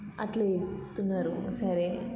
అట్లా చేస్తున్నారు సరే